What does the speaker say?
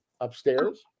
Upstairs